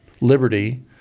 liberty